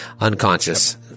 Unconscious